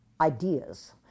ideas